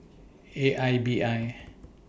A I B I